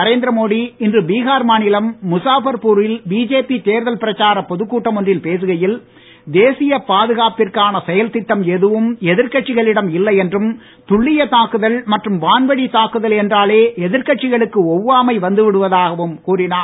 நரேந்திரமோடி இன்று பீஹார் மாநிலம் முசாபர்பூரில் பிஜேபி தேர்தல் பிரச்சார பொதுக் கூட்டம் ஒன்றில் பேசுகையில் தேசிய பாதுகாப்பிற்கான செயல்திட்டம் எதுவும் எதிர்க்கட்சிகளிடம் இல்லை என்றும் துல்லிய தாக்குதல் மற்றும் வான்வழித் தாக்குதல் என்றாலே எதிர்க்கட்சிகளுக்கு ஒவ்வாமை வந்துவிடுவதாகவும் கூறினார்